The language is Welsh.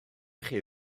chi